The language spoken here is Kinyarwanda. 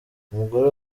umugore